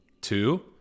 two